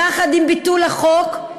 יחד עם ביטול החוק,